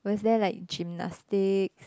was there like gymnastics